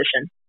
position